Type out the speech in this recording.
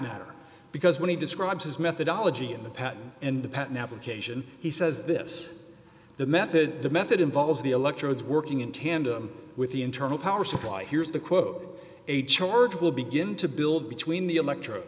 matter because when he describes his methodology in the patent and the patent application he says this the method the method involves the electrodes working in tandem with the internal power supply here's the quote a charge will begin to build between the electro